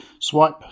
swipe